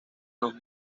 los